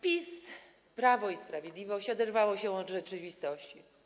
Prawo i Sprawiedliwość oderwało się od rzeczywistości.